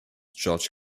george